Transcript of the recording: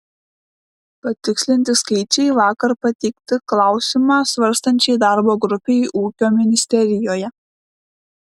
patikslinti skaičiai vakar pateikti klausimą svarstančiai darbo grupei ūkio ministerijoje